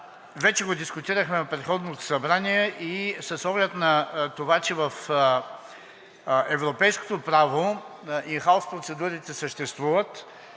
вече го дискутирахме в предходното Събрание. С оглед на това, че в европейското право ин хаус процедурите съществуват,